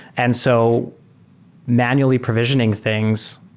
and so manually provisioning things